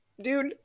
Dude